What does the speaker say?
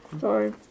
Sorry